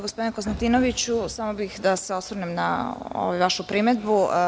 Gospodine Konstantinoviću, samo bih da se osvrnem na ovu vašu primedbu.